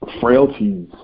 frailties